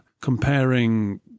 comparing